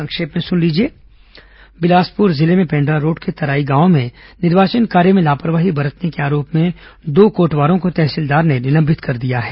संक्षिप्त समाचार बिलासपुर जिले में पेण्ड्रा रोड के तराई गांव में निर्वाचन कार्य में लापरवाही बरतने के आरोप में दो कोटवारों को तहसीलदार ने निलंबित कर दिया है